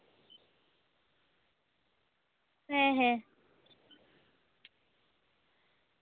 ᱦᱮᱸ ᱦᱮᱸ